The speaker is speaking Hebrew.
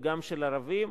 וגם ערבים,